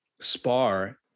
spar